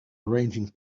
arranging